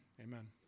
amen